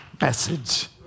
message